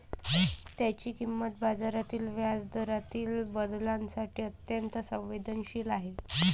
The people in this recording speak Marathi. त्याची किंमत बाजारातील व्याजदरातील बदलांसाठी अत्यंत संवेदनशील आहे